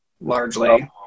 largely